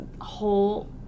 whole